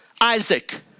Isaac